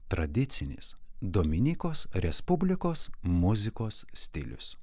tradicinis dominikos respublikos muzikos stilius